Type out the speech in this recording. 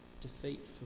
defeat